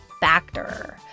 Factor